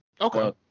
Okay